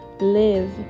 live